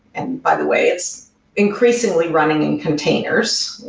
and by the way, it's increasingly running in containers.